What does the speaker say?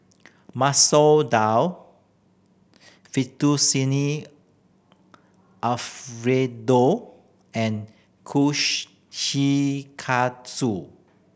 Masoor Dal Fettuccine Alfredo and Kushikatsu